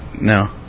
No